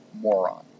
moron